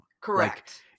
Correct